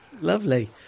Lovely